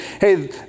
hey